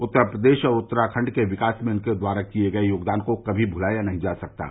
उत्तर प्रदेश और उत्तराखंड के विकास में उनके द्वारा किये गये योगदान को कभी भुलाया नहीं जा सकता है